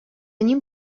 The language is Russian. ним